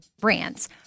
brands